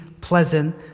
pleasant